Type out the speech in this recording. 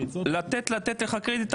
אם צריך לתת לך קרדיט,